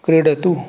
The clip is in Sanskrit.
क्रीडतु